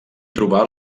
trobar